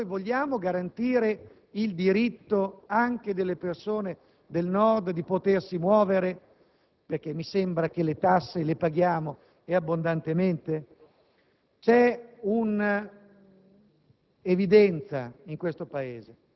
che vuole rendere tutto sempre più difficile; vogliamo garantire il diritto anche delle persone del Nord di potersi muovere? Perché mi sembra che le tasse le paghiamo, e abbondantemente. Vi è